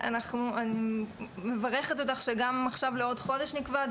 אני מברכת אותך על כך שנקבע דיון מעכשיו לעוד חודש,